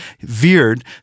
veered